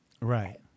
right